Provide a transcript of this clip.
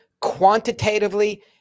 quantitatively